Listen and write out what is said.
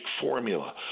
formula